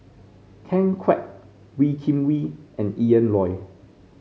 Ken Kwek Wee Kim Wee and Ian Loy